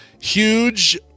huge